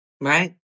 Right